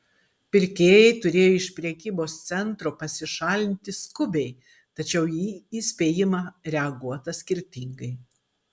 pirkėjai turėjo iš prekybos centro pasišalinti skubiai tačiau į įspėjimą reaguota skirtingai